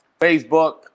Facebook